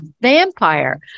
vampire